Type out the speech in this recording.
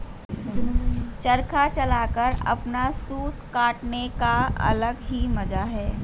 चरखा चलाकर अपना सूत काटने का अलग ही मजा है